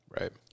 Right